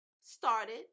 started